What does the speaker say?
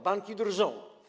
Banki drżą.